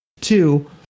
Two